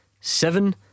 Seven